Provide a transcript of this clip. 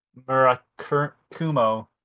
Murakumo